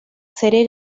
serie